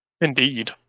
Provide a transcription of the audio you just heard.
indeed